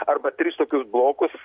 arba tris tokius blokus